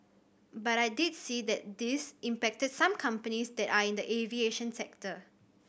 but I did see that this impacted some companies that are in the aviation sector